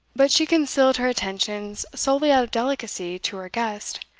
but she concealed her attentions solely out of delicacy to her guest,